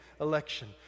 election